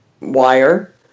wire